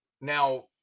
Now